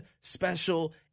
special